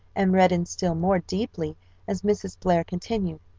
and reddened still more deeply as mrs. blair continued,